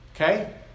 Okay